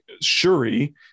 Shuri